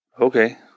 Okay